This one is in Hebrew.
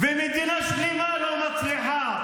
ומדינה שלמה לא מצליחה,